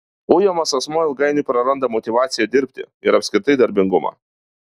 ujamas asmuo ilgainiui praranda motyvaciją dirbti ir apskritai darbingumą